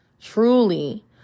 truly